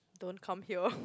don't come here